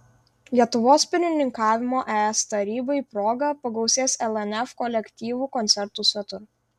lietuvos pirmininkavimo es tarybai proga pagausės lnf kolektyvų koncertų svetur